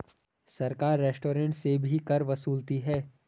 सरकार रेस्टोरेंट से भी कर वसूलती है